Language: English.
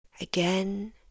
Again